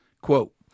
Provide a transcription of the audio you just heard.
Quote